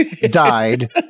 died